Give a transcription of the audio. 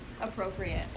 appropriate